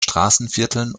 straßenvierteln